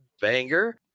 Banger